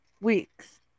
weeks